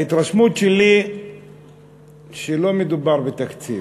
ההתרשמות שלי היא שלא מדובר בתקציב.